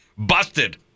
busted